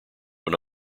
when